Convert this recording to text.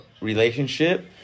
relationship